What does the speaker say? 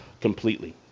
completely